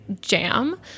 jam